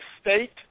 state